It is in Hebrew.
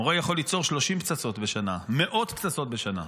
מורה יכול ליצור 30 פצצות בשנה, מאות פצצות בשנה.